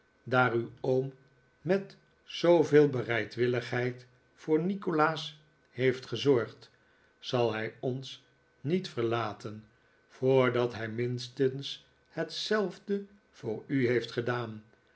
daar uw oom met zooveel bereidwilligheid voor nikolaas heeft gezorgd zal hij ons niet verlaten voordat hij minstens hetzelfde voor u heeft gedaan